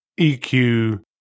EQ